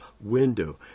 window